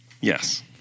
Yes